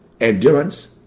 endurance